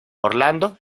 orlando